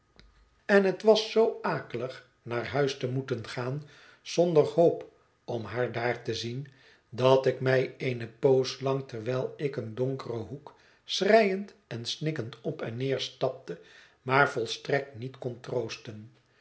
en het was zoo akelig naar huis te moeten gaan zonder hoop om haar daar te zien dat ik mij eene poos lang terwijl ik in een donkeren hoek schreiend en snikkend op en neer stapte maar volstrekt niet kon